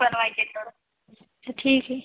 बनवायचे तर तर ठीक आहे